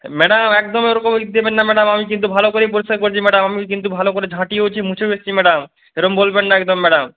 madam একদম ওই রকম রিক দেবেন না ম্যাডাম আমি কিন্তু ভালো করেই পরিষ্কার করেছি ম্যাডাম আমি কিন্তু ভালো করে ঝাঁটিয়েওছি মুছেও এসছি ম্যাডাম এরম বলবেন না একদম ম্যাডাম